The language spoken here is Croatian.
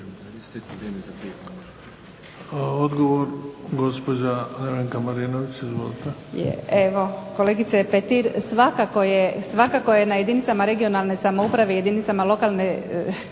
Odgovor gospođa Nevenka Marinović. Izvolite.